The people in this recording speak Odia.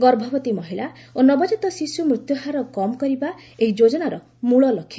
ଗର୍ଭବତୀ ମହିଳା ଓ ନବକାତ ଶିଶୁ ମୃତ୍ୟୁ ହାର କମ୍ କରିବା ଏହି ଯୋଜନାର ମଳ ଲକ୍ଷ୍ୟ